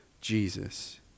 Jesus